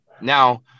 Now